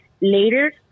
later